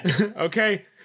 Okay